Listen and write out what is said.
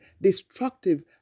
destructive